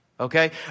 Okay